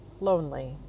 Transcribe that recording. lonely